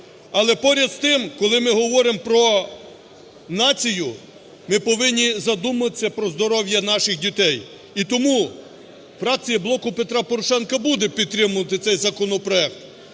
Але поряд з тим, коли ми говоримо про націю, ми повинні задуматися про здоров'я наших дітей. І тому фракція "Блоку Петра Порошенка" буде підтримувати цей законопроект,